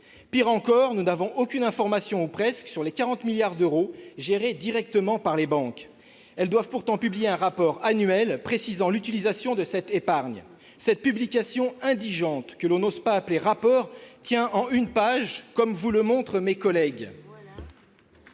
Pis encore, nous n'avons aucune information, ou presque, sur les 40 milliards d'euros gérés directement par les banques. Elles doivent pourtant publier un rapport annuel précisant l'utilisation de cette épargne. Cette publication indigente, que l'on n'ose appeler « rapport », tient en une page. Pourquoi diable exclure